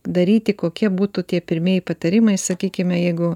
daryti kokie būtų tie pirmieji patarimai sakykime jeigu